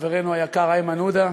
לחברנו היקר איימן עודה.